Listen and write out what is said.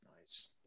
Nice